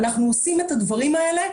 אנחנו עושים את הדברים האלה.